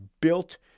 built